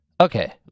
Okay